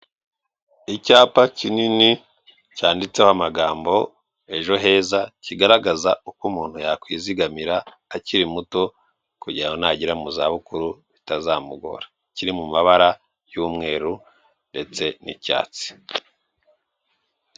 Icyapa kinini cyanditseho amagambo Ejo heza, kigaragaza uko umuntu yakwizigamira akiri muto kugira ngo nagera mu zabukuru bitazamugora, kiri mu mabara y'umweru ndetse n'icyatsi.